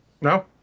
No